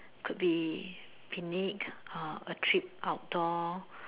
could be picnic or a trip outdoor